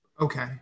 Okay